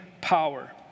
power